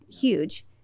huge